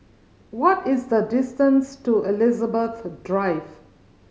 what is the distance to Elizabeth Drive